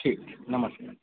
ठीक छै नमस्कार